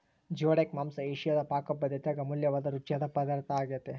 geoduck ಮಾಂಸ ಏಷಿಯಾದ ಪಾಕಪದ್ದತ್ಯಾಗ ಅಮೂಲ್ಯವಾದ ರುಚಿಯಾದ ಪದಾರ್ಥ ಆಗ್ಯೆತೆ